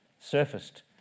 surfaced